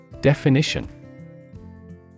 definition